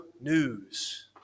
news